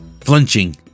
flinching